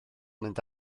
mynd